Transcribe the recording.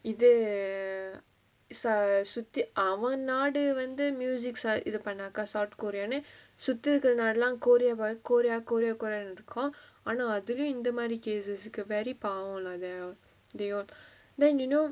இது:ithu err sa~ சுத்தி அவ நாடு வந்து:suthi ava naadu vanthu musics ah இது பண்ணாக:ithu pannaga south korea ன்னு சுத்தி இருக்குற நாடலா:nu suthi irukkura naadalaa korea val~ korea korea korea ன்னு இருக்கு ஆனா அதுவே இந்தமாரி:nu irukku aanaa athuvae inthamaari cases கு:ku very பாவோ:paavo lah they all they all then you know